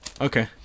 okay